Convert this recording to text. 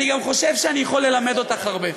אני גם חושב שאני יכול ללמד אותך הרבה.